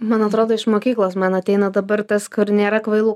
man atrodo iš mokyklos man ateina dabar tas kur nėra kvailų